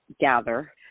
gather